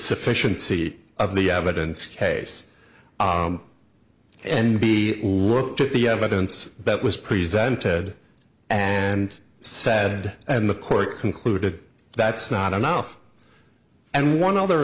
sufficiency of the evidence case and be worked at the evidence that was presented and said and the court concluded that's not enough and one other